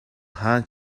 хаана